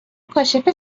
کاشف